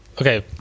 okay